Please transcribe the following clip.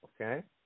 Okay